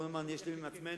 בוא נהיה שלמים עם עצמנו,